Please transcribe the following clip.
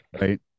right